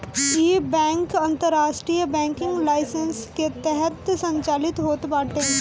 इ बैंक अंतरराष्ट्रीय banking licence के तहत संचालित होत बाटे